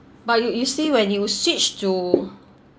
but you you see when you switched to